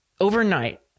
overnight